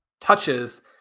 touches